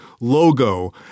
logo